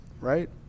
right